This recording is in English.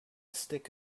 stick